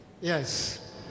yes